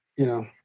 you know,